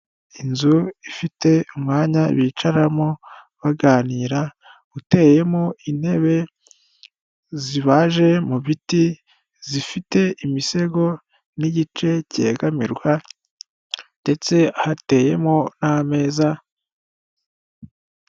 Inzu ifite umwanya bicaramo baganira uteyemo intebe zibaje mu biti zifite imisego n'igice cyegamirwa, ndetse hateyemo n'ameza.